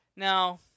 Now